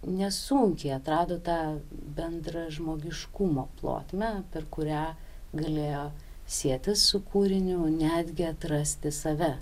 nesunkiai atrado tą bendrą žmogiškumo plotmę per kurią galėjo sietis su kūriniu netgi atrasti save